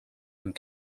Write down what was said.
and